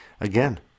again